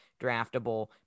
draftable